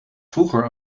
vroeger